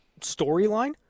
storyline